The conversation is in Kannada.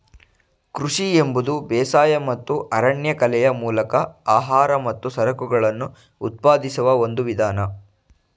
ಕೃಷಿ ಎಂಬುದು ಬೇಸಾಯ ಮತ್ತು ಅರಣ್ಯಕಲೆಯ ಮೂಲಕ ಆಹಾರ ಮತ್ತು ಸರಕುಗಳನ್ನು ಉತ್ಪಾದಿಸುವ ಒಂದು ವಿಧಾನ